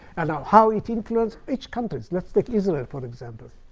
and now, how it influenced each country let's take israel, for example.